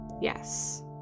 Yes